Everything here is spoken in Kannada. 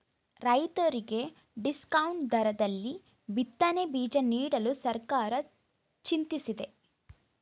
ರೈತರಿಗೆ ಡಿಸ್ಕೌಂಟ್ ದರದಲ್ಲಿ ಬಿತ್ತನೆ ಬೀಜ ನೀಡಲು ಸರ್ಕಾರ ಚಿಂತಿಸಿದೆ